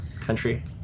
country